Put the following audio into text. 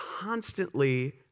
constantly